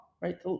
right